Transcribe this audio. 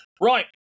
Right